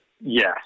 Yes